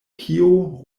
kio